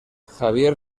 javier